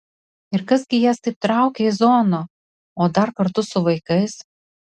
ir kas gi jas taip traukia į zoną o dar kartu su vaikais